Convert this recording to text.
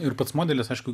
ir pats modelis aišku